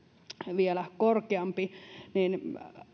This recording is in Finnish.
vielä korkeampi